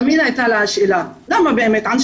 תמיד הייתה לה השאלה 'למה באמת?'.